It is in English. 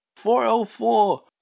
404